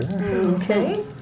Okay